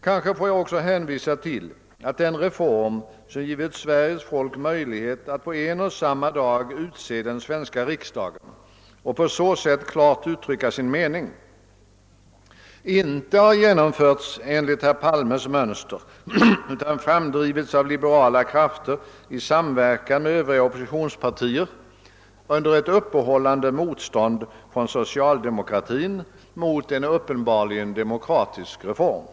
Kanske får jag också hänvisa till att den reform som givit Sveriges folk möjlighet att på en och samma dag utse den svenska riksdagen och på så sätt klart uttrycka sin mening inte har genomförts enligt herr Palmes mönster utan framdrivits av liberala krafter i samverkan med övriga oppositionspartier under ett uppehållande motstånd från socialdemokratin mot en uppenbarligen demokratisk reform.